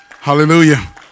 Hallelujah